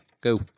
go